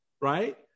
right